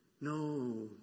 No